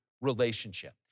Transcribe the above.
relationship